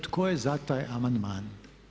Tko je za taj amandman?